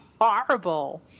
horrible